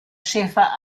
schaefer